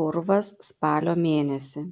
purvas spalio mėnesį